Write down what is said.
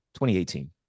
2018